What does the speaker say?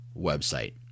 website